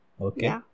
okay